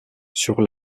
sur